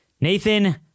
Nathan